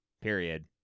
Period